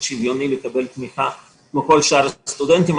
שוויוני לקבל תמיכה כמו כל שאר הסטודנטים.